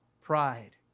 pride